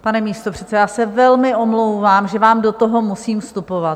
Pane místopředsedo, já se velmi omlouvám, že vám do toho musím vstupovat.